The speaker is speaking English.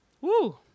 Woo